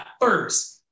first